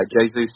Jesus